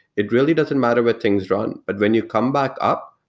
it really doesn't matter where things run. but when you come back up,